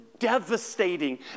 devastating